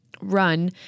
run